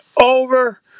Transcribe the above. over